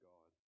God